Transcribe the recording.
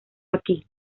aquí